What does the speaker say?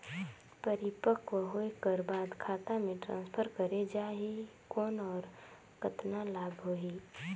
परिपक्व होय कर बाद खाता मे ट्रांसफर करे जा ही कौन और कतना लाभ होही?